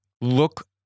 Look